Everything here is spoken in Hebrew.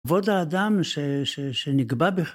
‫כבוד האדם ש ש שנקבע בך.